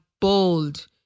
bold